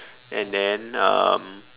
and then um